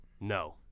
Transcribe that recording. No